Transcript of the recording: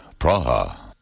Praha. (